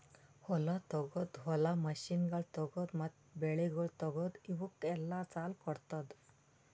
ಹೊಲ ತೊಗೋದು, ಹೊಲದ ಮಷೀನಗೊಳ್ ತೊಗೋದು, ಮತ್ತ ಬೆಳಿಗೊಳ್ ತೊಗೋದು, ಇವುಕ್ ಎಲ್ಲಾ ಸಾಲ ಕೊಡ್ತುದ್